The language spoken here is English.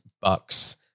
Bucks